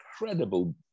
incredible